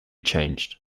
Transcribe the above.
changed